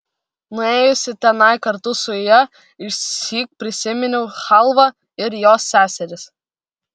nuėjusi tenai kartu su ja išsyk prisiminiau chalvą ir jos seseris